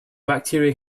bacteria